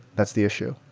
that's the issue.